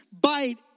bite